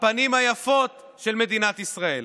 הפנים היפות של מדינת ישראל.